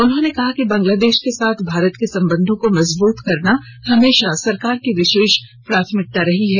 उन्होंने कहा कि बांग्लादेश के साथ भारत के संबंधों को मजबत करना हमेशा सरकार की विशेष प्राथमिकता रही है